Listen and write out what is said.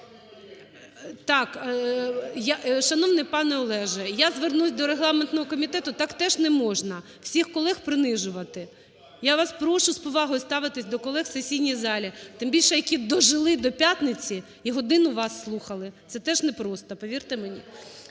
Так. Шановний панеОлеже, я звернусь до регламентного комітету. Так теж не можна всіх колег принижувати. Я вас прошу з повагою ставитися до колег в сесійній залі, тим більше які дожили до п'ятниці і годину вас слухали. Це теж непросто, повірте мені.